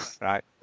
right